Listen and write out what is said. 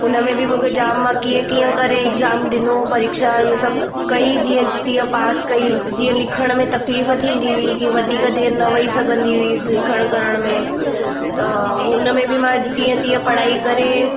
उनमें बि मूंखे जामु मां कीअं कीअं करे एक्ज़ाम ॾिनो परीक्षा इहे सभु कई जीअं तीअं पास कई जीअं लिखण में तकलीफ़ु थींदी हुई की वधीक देरि न वही सघंदी हुअसि लिखणु करणु में त उनमें बि मां जीअं तीअं पढ़ाई करे